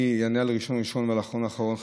אני אענה, ראשון ראשון ואחרון אחרון.